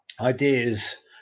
ideas